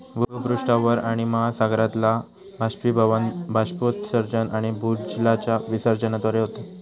भूपृष्ठावरचा पाणि महासागरातला बाष्पीभवन, बाष्पोत्सर्जन आणि भूजलाच्या विसर्जनाद्वारे होता